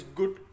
good